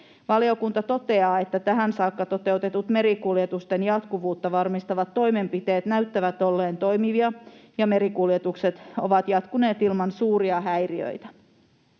Valiokunta toteaa, että tähän saakka toteutetut merikuljetusten jatkuvuutta varmistavat toimenpiteet näyttävät olleen toimivia ja merikuljetukset ovat jatkuneet ilman suuria häiriöitä.